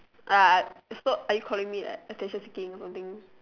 ya stop are you calling me attention seeking or something